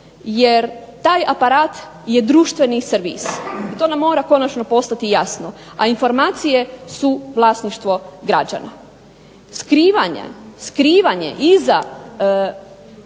jer taj aparat je društveni servis, i to nam mora konačno postati jasno, a informacije su vlasništvo građana. Skrivanje iza